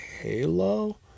Halo